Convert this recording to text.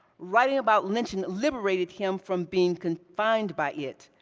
writing about lynching liberated him from being confined by it.